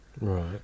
Right